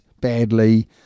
badly